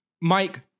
Mike